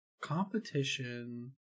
Competition